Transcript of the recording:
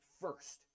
first